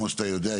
כמו שאתה יודע,